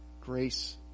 Grace